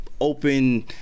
open